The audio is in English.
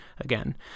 again